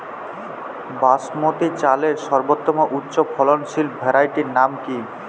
বাসমতী চালের সর্বোত্তম উচ্চ ফলনশীল ভ্যারাইটির নাম কি?